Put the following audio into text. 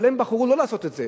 אבל הם בחרו לא לעשות את זה,